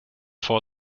vor